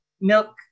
milk